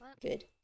Good